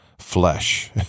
Flesh